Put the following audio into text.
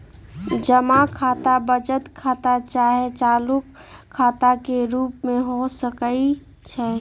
जमा खता बचत खता चाहे चालू खता के रूप में हो सकइ छै